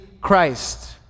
Christ